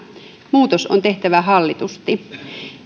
muutos on tehtävä hallitusti